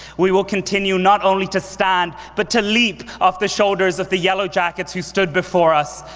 we will continue not only to stand but to leap off the shoulders of the yellow jackets who stood before us.